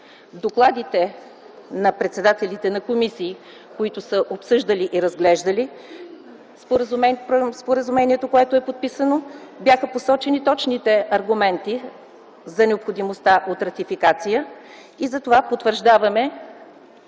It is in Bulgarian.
докладите на председателите на комисии, които са обсъждали и разглеждали споразумението, което е подписано, бяха посочени точните аргументи за необходимостта от ратификация и затова потвърждаваме